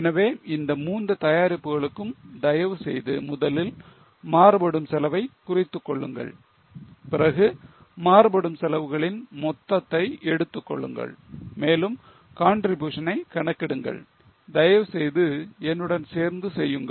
எனவே இந்த மூன்று தயாரிப்புகளுக்கும் தயவு செய்து முதலில் மாறுபடும் செலவை குறித்துக் கொள்ளுங்கள் பிறகு மாறுபடும் செலவுகளின் மொத்தத்தை எடுத்துக்கொள்ளுங்கள் மேலும் contribution ஐ கணக்கிடுங்கள் தயவுசெய்து என்னுடன் சேர்ந்து செய்யுங்கள்